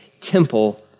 temple